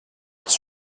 its